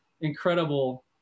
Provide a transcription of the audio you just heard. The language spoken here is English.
incredible